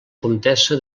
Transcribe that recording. comtessa